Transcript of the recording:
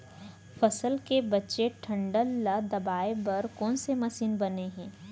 फसल के बचे डंठल ल दबाये बर कोन से मशीन बने हे?